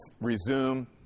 resume